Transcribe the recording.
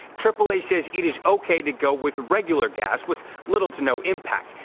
aaa says it is okay to go with regular gas with little to no impact.